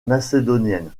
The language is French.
macédonienne